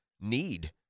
need